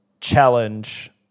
challenge